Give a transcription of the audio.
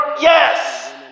yes